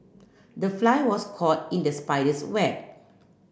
the fly was caught in the spider's web